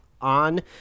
on